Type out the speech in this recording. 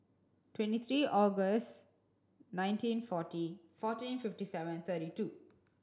twenty three August nineteen forty fourteen fifty seven thirty two